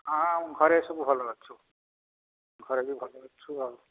ହଁ ଘରେ ସବୁ ଭଲ ଅଛୁ ଘରେ ବି ଭଲ ଅଛୁ ଆଉ